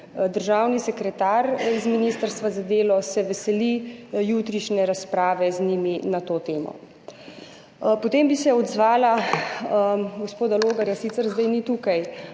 Državni sekretar z ministrstva za delo se veseli jutrišnje razprave z njimi na to temo. Potem bi se odzvala, gospoda Logarja sicer zdaj ni tukaj,